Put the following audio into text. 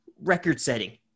Record-setting